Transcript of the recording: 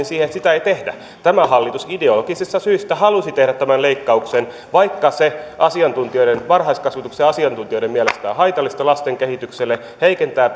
siihen että sitä ei tehdä tämä hallitus ideologisista syistä halusi tehdä tämän leikkauksen vaikka se varhaiskasvatuksen asiantuntijoiden mielestä on haitallista lasten kehitykselle heikentää